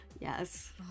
Yes